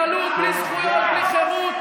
אני נגד תומכי טרור,